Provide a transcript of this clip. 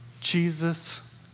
Jesus